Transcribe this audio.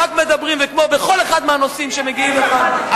רק מדברים וכמו בכל אחד מהנושאים שמגיעים לכאן,